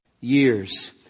years